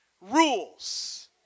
rules